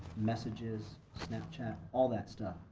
messages, snapchat, all that stuff.